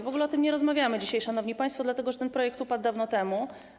W ogóle o tym nie rozmawiamy dzisiaj, szanowni państwo, dlatego że ten projekt upadł dawno temu.